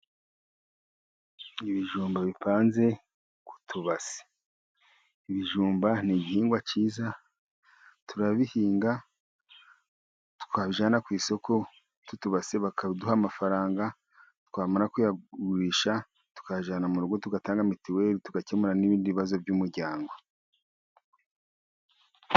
Ibijumba bipanze ku tubasi. Ibijumba ni igihingwa kiza, turabihinga, twabijyana ku isoko ku tubase bakaduha amafaranga, twamara kuyagurisha tukayajyana mu rugo tugatanga mituweli, tugakemura n'ibindi bibazo by'umuryango.